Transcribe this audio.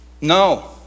No